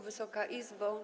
Wysoka Izbo!